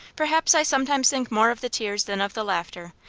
perhaps i sometimes think more of the tears than of the laughter,